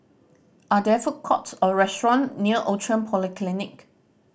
are there food courts or restaurant near Outram Polyclinic